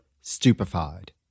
stupefied